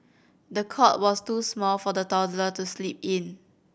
the cot was too small for the toddler to sleep in